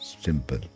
Simple